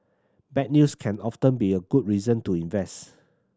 bad news can often be a good reason to invest